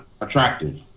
attractive